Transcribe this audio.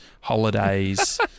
holidays